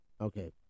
Okay